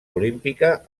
olímpica